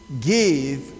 give